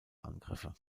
angriffe